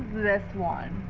this one.